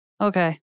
Okay